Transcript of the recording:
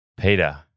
Peter